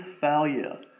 failure